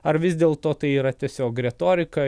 ar vis dėlto tai yra tiesiog retorika